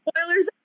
spoilers